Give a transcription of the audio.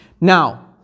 Now